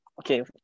Okay